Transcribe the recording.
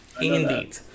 Indeed